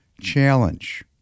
challenge